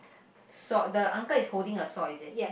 saw the uncle is holding a saw is it